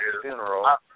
funeral